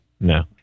no